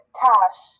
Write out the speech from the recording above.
tash